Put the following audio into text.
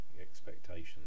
expectations